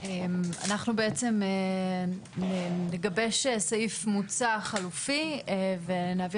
אנחנו בעצם נגבש סעיף מוצע חלופי ונעביר